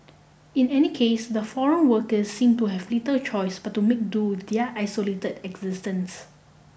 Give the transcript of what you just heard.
in any case the foreign workers seem to have little choice but to make do with their isolate existence